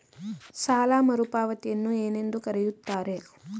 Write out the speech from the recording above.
ಸಾಲ ಮರುಪಾವತಿಯನ್ನು ಏನೆಂದು ಕರೆಯುತ್ತಾರೆ?